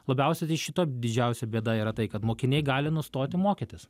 labiausiai tai šita didžiausia bėda yra tai kad mokiniai gali nustoti mokytis